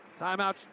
Timeout